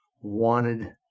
wanted